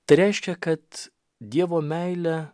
tai reiškia kad dievo meilė